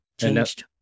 changed